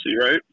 right